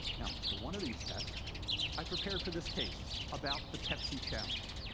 yeah for one of these tests i prepared for this case about the pepsi challenge.